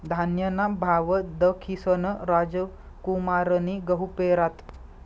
धान्यना भाव दखीसन रामकुमारनी गहू पेरात